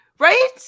Right